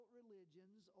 religions